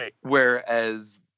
Whereas